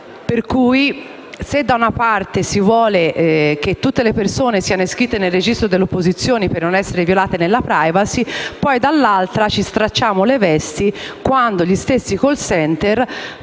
minore. Se da una parte si vuole che tutte le persone possano iscriversi nel registro pubblico delle opposizioni, per non essere violate nella *privacy*, dall'altra ci stracciamo le vesti quando gli stessi *call center*,